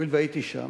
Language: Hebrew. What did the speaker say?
הואיל והייתי שם